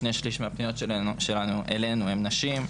שני שליש מהפניות אלינו הן של נשים,